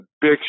big